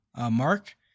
mark